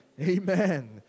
Amen